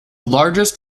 largest